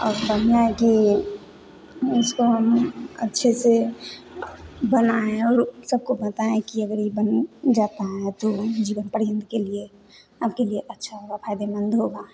और बढ़िया है कि इसको हम अच्छे से बनाएं और सबको बताएं यह कि अगर यह बन जाता है तो जीवन पर्यंत के लिए आपके लिए अच्छा होगा फायदेमंद होगा